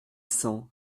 cents